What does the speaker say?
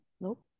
Nope